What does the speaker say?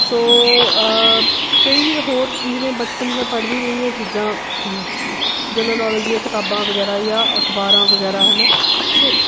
ਸੋ ਕਈ ਹੋਰ ਜਿਵੇਂ ਬਚਪਨ 'ਚ ਮੈਂ ਪੜ੍ਹਦੀ ਰਹੀ ਹਾਂ ਚੀਜ਼ਾਂ ਜਨਰਲ ਨੌਲਜ ਦੀਆਂ ਕਿਤਾਬਾਂ ਵਗੈਰਾ ਜਾਂ ਅਖਬਾਰਾਂ ਵਗੈਰਾ ਹੈ ਨਾ ਸੋ